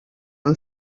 amb